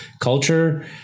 culture